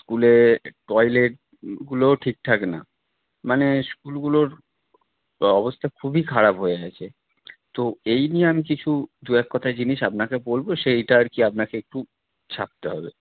স্কুলের টয়লেটগুলোও ঠিক ঠাক না মানে স্কুলগুলোর অবস্থা খুবই খারাপ হয়ে গেছে তো এই নিয়ে আমি কিছু দু এক কথায় জিনিস আপনাকে বলবো সেইটা আর কি আপনাকে একটু ছাপতে হবে